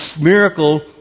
miracle